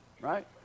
right